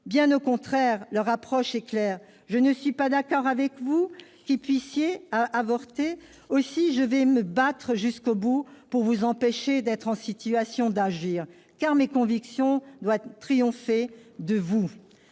Bien au contraire, leur approche est claire :« Je ne suis pas d'accord avec vous qui pensez à avorter, aussi, je vais me battre jusqu'au bout pour vous empêcher d'être en situation d'agir, car mes convictions doivent triompher de vous.